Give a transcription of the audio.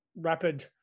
rapid